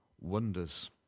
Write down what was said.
wonders